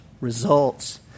results